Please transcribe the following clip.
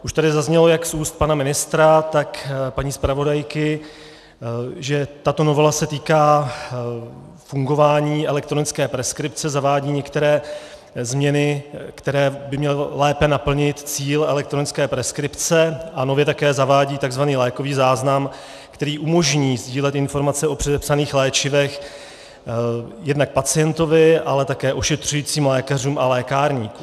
Už tady zaznělo jak z úst pana ministra, tak paní zpravodajky, že tato novela se týká fungování elektronické preskripce, zavádí některé změny, které by měly lépe naplnit cíl elektronické preskripce, a nově také zavádí takzvaný lékový záznam, který umožní sdílet informace o předepsaných léčivech jednak pacientovi, ale také ošetřujícím lékařům a lékárníkům.